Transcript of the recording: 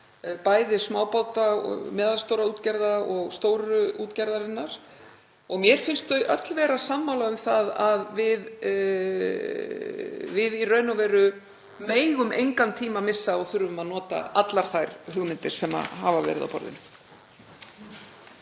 bæði smábáta og meðalstórra útgerða og stóru útgerðarinnar, og mér finnst þau öll vera sammála um það að við megum í raun og veru engan tíma missa og þurfum að nota allar þær hugmyndir sem hafa verið á borðinu.